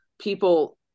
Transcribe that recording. people